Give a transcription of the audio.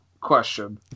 question